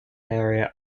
area